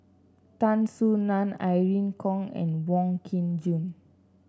Tan Soo Nan Irene Khong and Wong Kin Jong